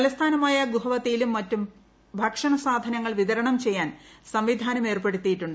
തലസ്ഥാനമായ ഗുവഹത്തിയിലും മറ്റും ഭക്ഷണസാധനങ്ങൾ വിതരണം ചെയ്യാൻ സംവിധാനമേർപ്പെടുത്തിയിട്ടു ണ്ട്